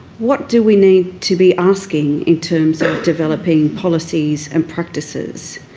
what do we need to be asking in terms of developing policies and practices?